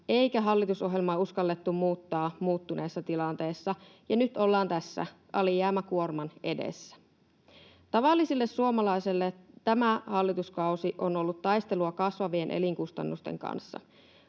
eikä hallitusohjelmaa uskallettu muuttaa muuttuneessa tilanteessa. Ja nyt ollaan tässä, alijäämäkuorman edessä. Tavallisille suomalaisille tämä hallituskausi on ollut taistelua kasvavien elinkustannusten kanssa,